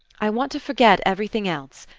i want to forget everything else,